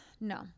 No